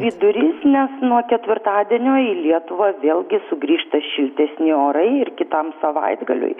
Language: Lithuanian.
vidurys nes nuo ketvirtadienio į lietuvą vėlgi sugrįžta šiltesni orai ir kitam savaitgaliui